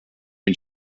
and